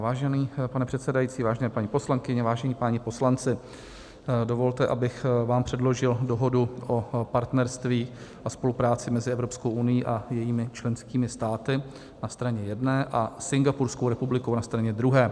Vážený pane předsedající, vážené paní poslankyně, vážení páni poslanci, dovolte, abych vám předložil Dohodu o partnerství a spolupráci mezi Evropskou unií a jejími členskými státy na straně jedné a Singapurskou republikou na straně druhé.